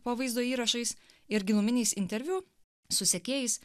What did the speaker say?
po vaizdo įrašais ir giluminiais interviu su sekėjais